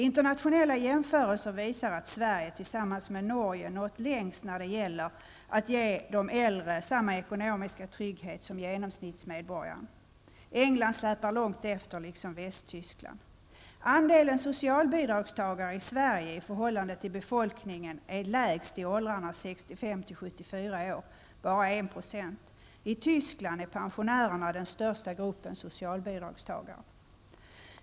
Internationella jämförelser visar att Sverige tillsammans med Norge nått längst när det gäller att ge de äldre samma ekonomiska trygghet som genomsnittsmedborgaren. England släpar långt efter, liksom Västtyskland. Andelen socialbidragstagare i Sverige i förhållande till befolkningen är lägst i åldrarna 65--74 år, bara 1 %. I Tyskland är pensionärerna den största gruppen socialbidragstagare.